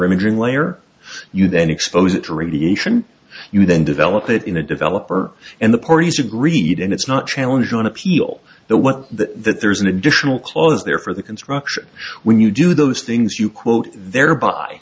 imaging layer you then exposed to radiation you then develop it in a developer and the parties agreed and it's not challenge on appeal but what that there's an additional clause there for the construction when you do those things you quote thereby